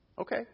Okay